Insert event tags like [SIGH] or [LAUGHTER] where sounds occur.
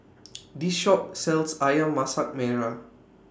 [NOISE] This Shop sells Ayam Masak Merah